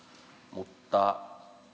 mutta